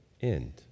end